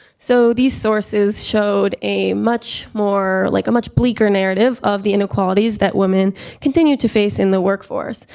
so these sources showed a much more, like a much bleaker narrative of the inequalities that women continue to face in the workforce.